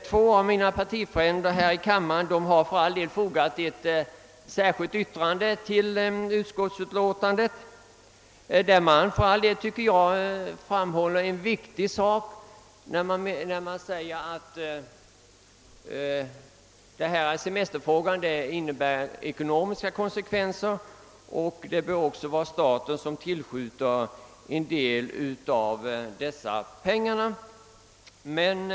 Två av mina partikamrater här i kammaren har för all del fogat ett särskilt yttrande till utskottsutlåtandet, i vilket de gör det viktiga påpekandet att lösningen av denna semesterfråga medför ekonomiska konsekvenser och att det bör vara staten som tillskjuter en del av de pengar som behövs.